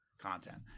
content